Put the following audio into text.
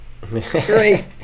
great